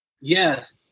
Yes